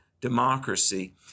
democracy